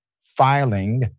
filing